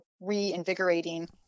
reinvigorating